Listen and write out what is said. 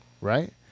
Right